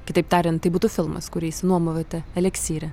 kitaip tariant tai būtų filmas kurį išsinuomavote eliksyre